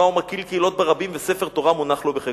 ומקהיל קהילות ברבים וספר תורה מונח לו בחיקו".